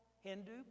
Hindu